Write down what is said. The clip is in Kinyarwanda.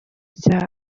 cya